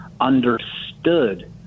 understood